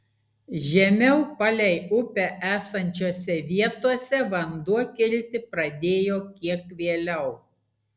žemiau palei upę esančiose vietose vanduo kilti pradėjo kiek vėliau